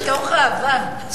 מתוך אהבה.